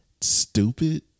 stupid